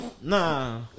Nah